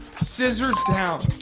scissors down.